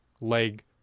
leg